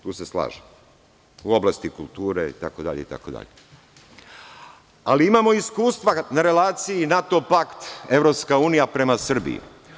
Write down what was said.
Tu se slažem, u oblasti kulture, itd, ali imamo iskustva na relaciji NATO pakt-Evropska unija prema Srbiji.